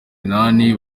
inani